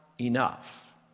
enough